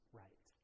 right